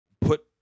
put